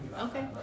Okay